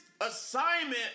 assignment